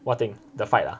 what thing the fight ah